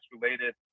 related